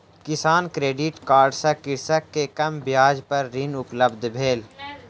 किसान credit card सँ कृषक के कम ब्याज पर ऋण उपलब्ध भेल